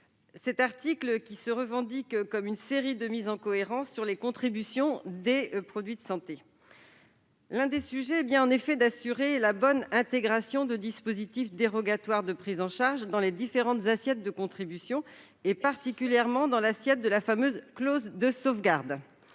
Imbert. Il se revendique comme une série de mises en cohérence sur les contributions des produits de santé. L'un des enjeux est bien d'assurer la bonne intégration de dispositifs dérogatoires de prises en charge dans les différentes assiettes de contribution, particulièrement dans celle de la fameuse clause de sauvegarde,